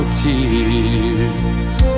tears